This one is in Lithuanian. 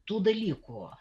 tų dalykų